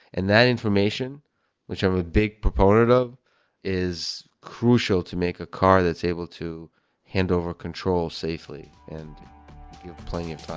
and that information which have a big proponent of is crucial to make a car that's able to handover control safely and give you plenty of time.